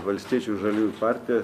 valstiečių ir žaliųjų partija